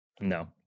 No